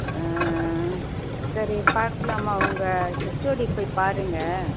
சரி பார்க்குலாமா உங்கள் ஹெச்ஓடியை போய்ப் பாருங்கள்